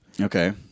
Okay